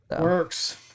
Works